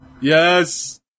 Yes